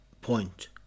point